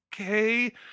okay